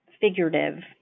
figurative